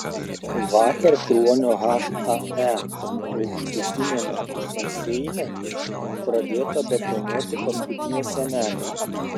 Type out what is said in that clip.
vakar kruonio hae aukštutiniame baseine pradėta betonuoti paskutinė sienelė